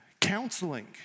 Counseling